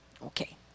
Okay